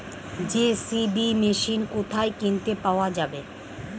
JCB machine কোথায় কিনতে পাওয়া যাবে?